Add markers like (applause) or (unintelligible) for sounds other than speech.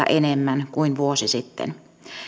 (unintelligible) enemmän kuin vuosi sitten